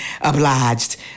obliged